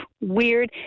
weird